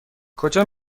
کجا